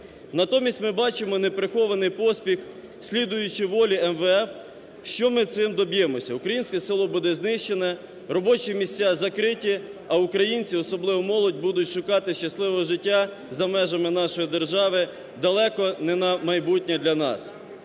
Натомість ми бачимо неприхований поспіх, слідуючи волі МВФ. Що ми цим доб'ємося? Українське село буде знищене, робочі місця закриті, а українці, особливо молодь, будуть шукати щасливого життя за межами нашої держави, далеко, не на майбутнє для нас.